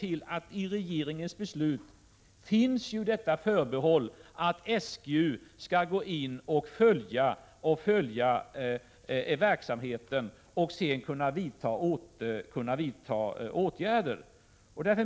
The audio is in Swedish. I regeringens beslut finns förbehållet att SGU skall gå in och följa verksamheten och kunna vidta åtgärder.